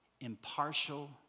impartial